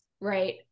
right